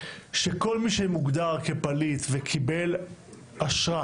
שכל מי שמוגדר כפליט וקיבל אשרה